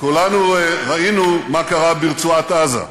כולנו ראינו מה קרה ברצועת-עזה.